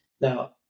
Now